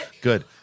good